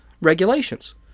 regulations